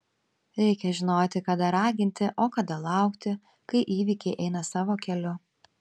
reikia žinoti kada raginti o kada laukti kai įvykiai eina savo keliu